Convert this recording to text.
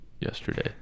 yesterday